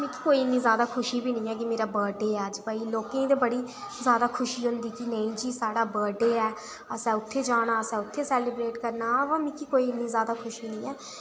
मिकी कोई इन्नी जैदा खुशी बी नेईं ऐ कि मेरा बर्थ'डे ऐ अज्ज केई लोकें गी ते बड़ी जैदा खुशी होंदी ऐ कि जे साढ़ा ब'डे ऐ असें उत्थै जाना उत्थै सैलिबरेट करना मिगी कोई इन्नी जैद खुशी नेईं ऐ